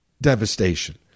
devastation